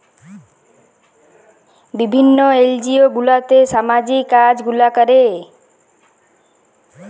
বিভিল্ল্য এলজিও গুলাতে ছামাজিক কাজ গুলা ক্যরে